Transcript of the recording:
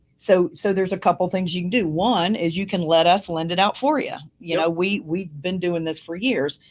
so so there's a couple of things you can do. one is you can let us lend it out for you. you know, we've we've been doing this for years,